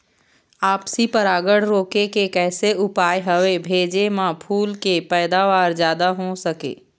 आपसी परागण रोके के कैसे उपाय हवे भेजे मा फूल के पैदावार जादा हों सके?